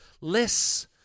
less